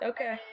Okay